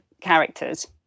characters